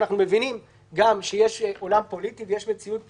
אנחנו מבינים שיש עולם פוליטי ויש מציאות פוליטית,